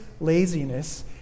laziness